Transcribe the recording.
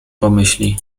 pomyśli